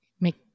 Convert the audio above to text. make